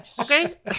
Okay